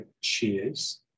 cheers